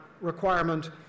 requirement